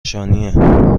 نشانیه